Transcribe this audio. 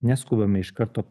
neskubame iš karto